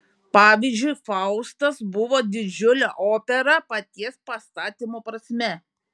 pavyzdžiui faustas buvo didžiulė opera paties pastatymo prasme